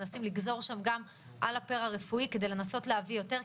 מנסים לגזור שם גם על הפרה-רפואי כדי לנסות להביא יותר,